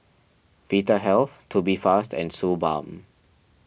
Vitahealth Tubifast and Suu Balm